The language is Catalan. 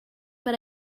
per